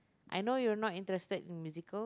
I know you're not interested in musical